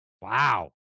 Wow